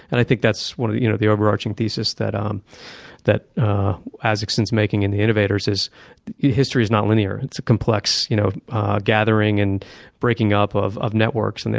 and i think that's one of the you know the overarching theses that um that isaacson's making in the innovators is history is not linear. it's a complex you know gathering and breaking up of of networks. and